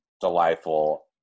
delightful